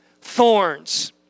thorns